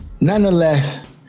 nonetheless